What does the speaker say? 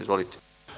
Izvolite.